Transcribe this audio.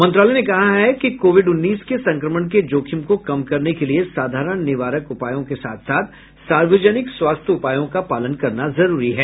मंत्रालय ने कहा कि कोविड उन्नीस के संक्रमण के जोखिम को कम करने के लिए साधारण निवारक उपायों के साथ साथ सार्वजनिक स्वास्थ्य उपायों का पालन करना जरूरी है